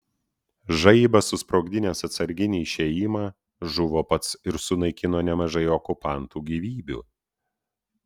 žaibas susprogdinęs atsarginį išėjimą žuvo pats ir sunaikino nemažai okupantų gyvybių